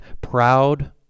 proud